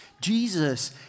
Jesus